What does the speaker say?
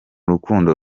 rukundo